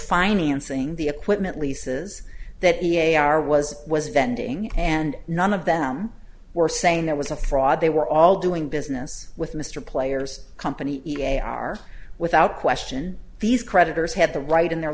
financing the equipment leases that the a r was was vending and none of them were saying that was a fraud they were all doing business with mr player's company a are without question these creditors had the right in their